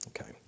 Okay